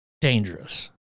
dangerous